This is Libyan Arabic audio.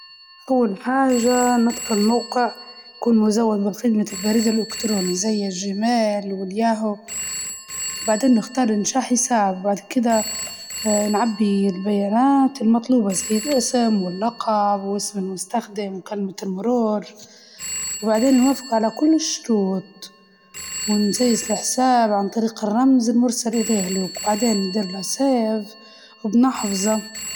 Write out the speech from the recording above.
أول شي نختار الموقع بريد إلكتروني زي الجيميل، بعدين تضغط علي إنشاء حساب، وتحط إسمك وإسم المستخدم اللي تبيه، بعدين تختار كلمة مرور جوية وتكررها بالخانة الثانية، بعدها تكمل تعبئة البيانات الشخصية زي رقم الهاتف أو البريد.